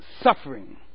suffering